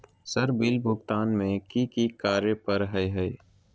Sir bill भुगतान में की की कार्य पर हहै?